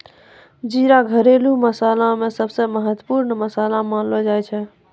जीरा घरेलू मसाला के सबसॅ महत्वपूर्ण मसाला मानलो जाय छै